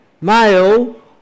male